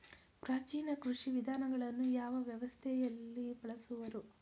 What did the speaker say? ಪ್ರಾಚೀನ ಕೃಷಿ ವಿಧಾನಗಳನ್ನು ಯಾವ ವ್ಯವಸಾಯದಲ್ಲಿ ಬಳಸುವರು?